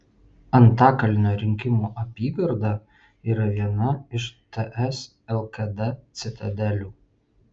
antakalnio rinkimų apygarda yra viena iš ts lkd citadelių